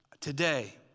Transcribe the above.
today